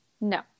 No